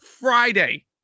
Friday